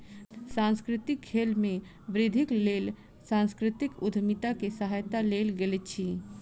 सांस्कृतिक खेल में वृद्धिक लेल सांस्कृतिक उद्यमिता के सहायता लेल गेल अछि